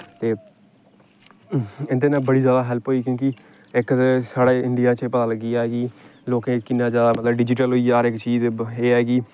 ते इं'दे कन्नै बड़ी ज्यादा हैल्प होई क्योंकि इक ते साढ़े इंडिया च एह् पता लग्गी गेआ कि लोकें गी किन्ना ज्यादा मतलब डिजीटल होई गेआ इक चीज ते एह् ऐ कि